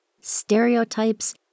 stereotypes